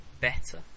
better